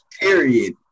period